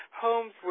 homes